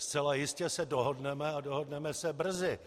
Zcela jistě se dohodneme a dohodneme se brzy.